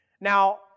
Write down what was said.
Now